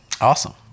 Awesome